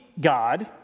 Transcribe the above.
God